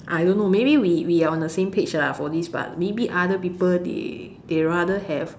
I don't know maybe we we are on the same page lah for this but maybe other people they they rather have